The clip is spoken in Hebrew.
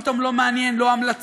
פתאום לא מעניין לא המלצות,